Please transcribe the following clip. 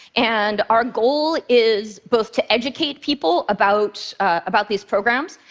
and our goal is both to educate people about about these programs,